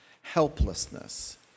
Helplessness